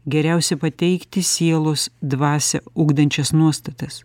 geriausia pateikti sielos dvasią ugdančias nuostatas